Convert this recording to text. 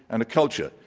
and a culture.